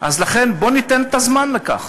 אז לכן בוא ניתן את הזמן לכך.